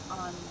on